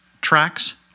tracks